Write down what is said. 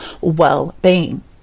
well-being